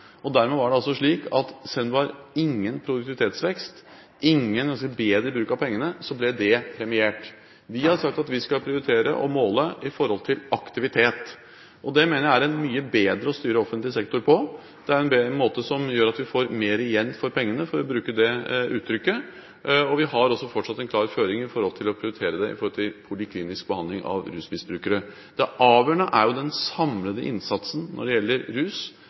Dermed var det slik at selv om det ikke var noen produktivitetsvekst og ingen bedre bruk av pengene, ble dette premiert. Vi har sagt at vi skal prioritere og måle i forhold til aktivitet. Det mener jeg er en mye bedre måte å styre offentlig sektor på, det er en måte som gjør at vi får mer igjen for pengene – for å bruke det uttrykket. Vi har også fortsatt en klar føring når det gjelder å prioritere i forhold til poliklinisk behandling av rusmisbrukere. Det avgjørende er jo at den samlede innsatsen når det gjelder rus,